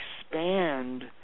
expand